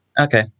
Okay